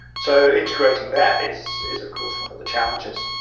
so integrating that is is of course one of the challenges.